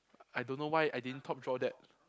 I don't know why I didn't top draw that